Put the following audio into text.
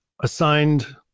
assigned